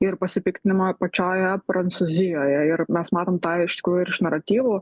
ir pasipiktinimą pačioje prancūzijoje ir mes matom tą iš tikrųjų ir iš naratyvų